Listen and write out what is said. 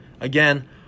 Again